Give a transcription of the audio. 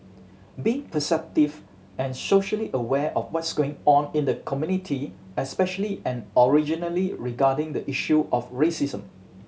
be perceptive and socially aware of what's going on in the community especially and originally regarding the issue of racism